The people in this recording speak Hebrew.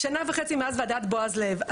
שנה וחצי מאז ועדת בועז לב.